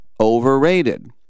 overrated